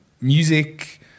Music